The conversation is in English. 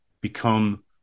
become